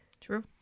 true